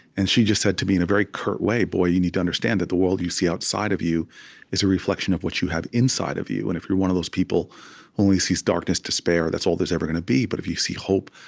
and she just said to me, in a very curt way, boy, you need to understand that the world you see outside of you is a reflection of what you have inside of you, and if you're one of those people who only sees darkness, despair, that's all there's ever gonna be. but if you see hope,